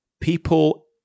people